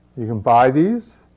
you can buy these.